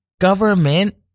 government